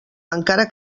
encara